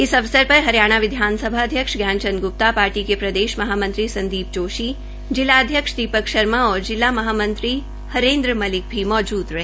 इस अवसर पर हरियाणा विधानसभा अध्यक्ष ज्ञान चंद ग्प्ता पार्टी के प्रदेश महामंत्री संदीप जोशी जिला अध्यक्ष दीपक शर्मा और जिला महामंत्री हरेंद्र मलिक भी मौजूद रहे